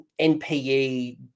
NPE